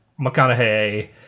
McConaughey